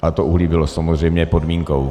A to uhlí bylo samozřejmě podmínkou.